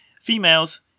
Females